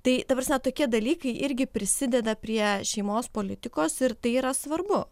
tai ta prasme tokie dalykai irgi prisideda prie šeimos politikos ir tai yra svarbu